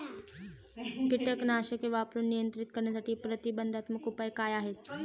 कीटकनाशके वापरून नियंत्रित करण्यासाठी प्रतिबंधात्मक उपाय काय आहेत?